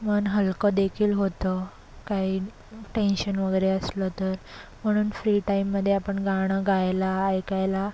मन हलकं देखील होतं काही टेंशन वगैरे असलं तर म्हणून फ्री टाइममध्ये आपण गाणं गायला ऐकायला